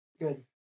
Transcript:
Good